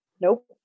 Nope